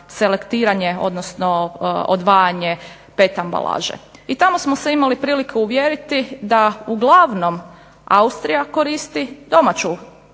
selektiranje odnosno odvajanje PET ambalaže. I tamo smo se imali prilike uvjeriti da uglavnom Austrija koristi domaću